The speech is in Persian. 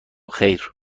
خیر